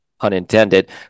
unintended